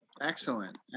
Excellent